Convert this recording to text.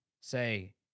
say